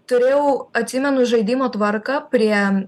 turėjau atsimenu žaidimo tvarką prie